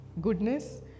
goodness